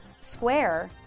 square